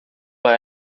bei